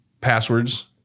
passwords